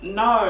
no